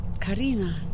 Karina